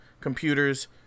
computers